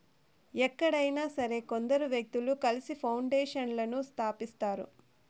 ఎక్కడైనా సరే కొందరు వ్యక్తులు కలిసి పౌండేషన్లను స్థాపిస్తారు